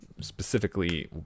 specifically